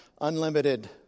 Unlimited